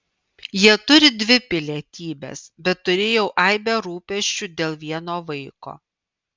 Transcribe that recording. jie turi dvi pilietybes bet turėjau aibę rūpesčių dėl vieno vaiko